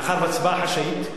מאחר שההצבעה חשאית,